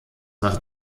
nach